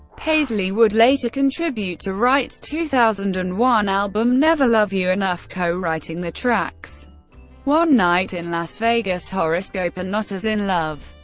paisley would later contribute to wright's two thousand and one album never love you enough, co-writing the tracks one night in las vegas, horoscope, and not as in love.